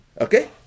Okay